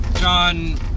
John